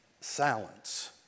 silence